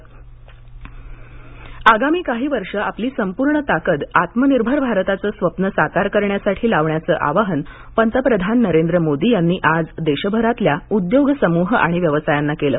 पंतप्रधान असोचेम आगामी काही वर्ष आपली संपूर्ण ताकद आत्मनिर्भर भारताचं स्वप्न साकार करण्यासाठी लावण्याचं आवाहन पंतप्रधान नरेंद्र मोदी यांनी आज देशभरातल्या उद्योग समूह आणि व्यवसायांना केलं